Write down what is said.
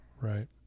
right